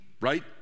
right